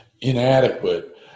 inadequate